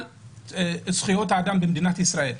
על זכויות האדם במדינת ישראל?